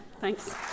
thanks